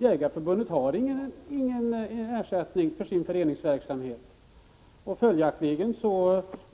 Jägareförbundet får ingen ersättning för sin föreningsverksamhet.